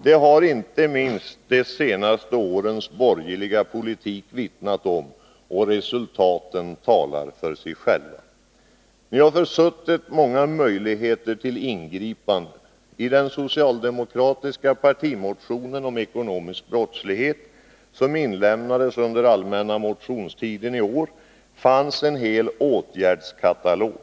Det har inte minst de senaste årens borgerliga politik vittnat om, och resultaten talar för sig själva. Ni har försuttit många möjligheter till ingripanden. I den socialdemokratiska partimotionen om ekonomisk brottslighet. som inlämnades under den allmänna motionstiden i år, fanns en hel åtgärdskatalog.